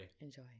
Enjoy